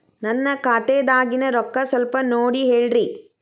ನನ್ನ ಖಾತೆದಾಗಿನ ರೊಕ್ಕ ಸ್ವಲ್ಪ ನೋಡಿ ಹೇಳ್ರಿ